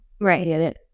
right